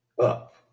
up